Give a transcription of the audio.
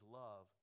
love